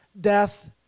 death